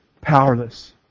powerless